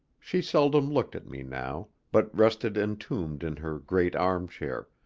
she seldom looked at me now, but rested entombed in her great armchair,